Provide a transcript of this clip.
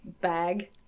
bag